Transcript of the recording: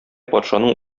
патшаның